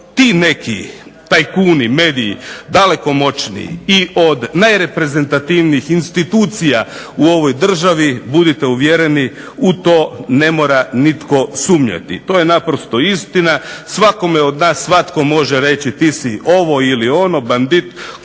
ti neki tajkuni, mediji daleko moćniji i od najreprezentativnijih institucija u ovoj državi budite uvjereni u to ne mora nitko sumnjati. To je naprosto istina. Svakome od nas svatko može reći ti si ovo ili ono, bandit,